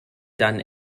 done